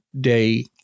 day